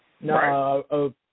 No